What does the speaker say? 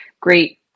Great